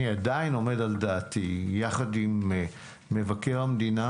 אני עדיין עומד על דעתי, יחד עם מבקר המדינה